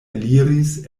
eliris